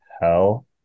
hell